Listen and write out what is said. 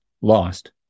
lost